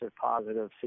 positive